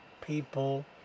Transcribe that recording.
people